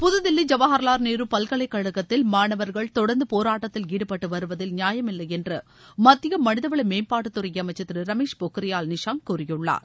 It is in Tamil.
புதுதில்லி ஜவஹர்லால் நேரு பல்கலைக்கழகத்தில் மாணவர்கள் தொடர்ந்து போராட்டத்தில் ஈடுபட்டுவருவதில் நியாயமில்லை என்று மத்திய மனிதவள மேம்பாட்டுத் துறை அமைச்சர் திரு ரமேஷ் பொக்ரியால் நிஷாங்க் கூறியுள்ளார்